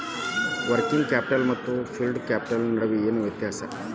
Working capital ಮತ್ತ fixed capital ನಡು ಏನ್ ವ್ಯತ್ತ್ಯಾಸದ?